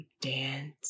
dance